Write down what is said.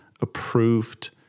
approved